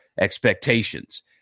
expectations